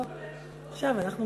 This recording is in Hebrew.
או, עכשיו אנחנו מתחילים.